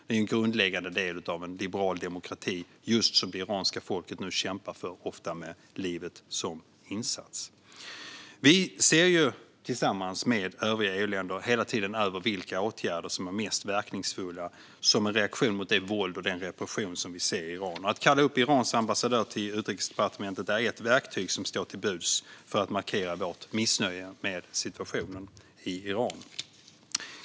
Det är en grundläggande del av en liberal demokrati, just det som det iranska folket nu kämpar för, ofta med livet som insats. Vi ser, tillsammans med övriga EU-länder, hela tiden över vilka åtgärder som är mest verkningsfulla som en reaktion mot det våld och den repression som vi ser i Iran. Att kalla upp Irans ambassadör till Utrikesdepartementet är ett verktyg som står till buds för att markera vårt missnöje med situationen i Iran.